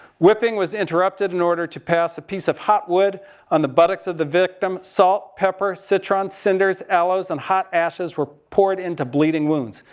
whipping was interrupted in order to pass a piece of hot wood on the buttocks of the victim. salt, pepper, citron, cinders, aloes and hot ashes were poured into bleeding wounds.